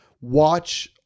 watch